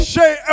Shay